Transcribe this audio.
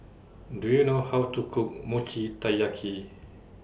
Do YOU know How to Cook Mochi Taiyaki